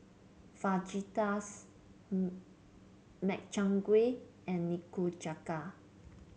Fajitas Makchang Gui and Nikujaga